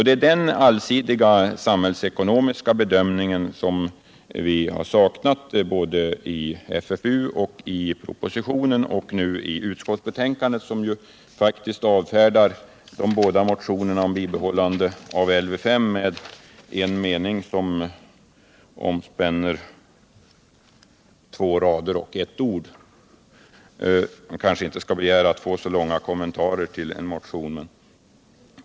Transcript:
Det är den allsidiga samhällsekonomiska bedömningen som vi har saknat i FFU och i propositionen och nu i betänkandet, som faktiskt avfärdar de båda motionerna om bibehållande av Lv 5 med en mening som omspänner två rader och ett ord. Men man kanske inte skall begära att få långa kommentarer till en motion.